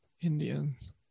Indians